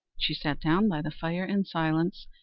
she sat down by the fire in silence,